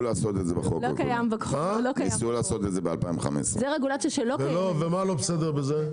לעשות את זה בשנת 2015. ומה לא בסדר בזה,